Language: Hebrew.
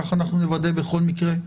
כך נוודא בכל מקרה.